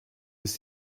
ist